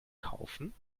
kaufen